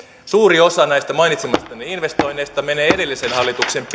suuri osa näistä mainitsemistanne investoinneista menee edellisen hallituksen